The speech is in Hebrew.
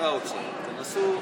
לאוצר ותנסו,